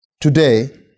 today